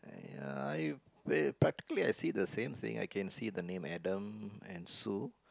ya I ver~ particular I see the same thing I can see the name Adam and Sue